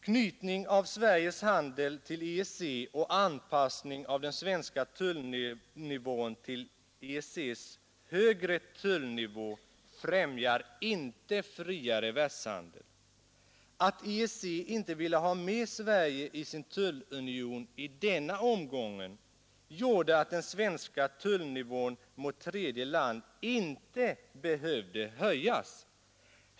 Knytning av Sveriges handel till EEC och anpassning av den svenska tullnivån till EEC:s högre tullnivå främjar inte friare världshandel. Att EEC inte ville ha med Sverige i sin tullunion i denna omgång gjorde att den svenska tullnivån mot tredje land inte behövde höjas.